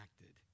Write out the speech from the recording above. acted